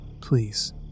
please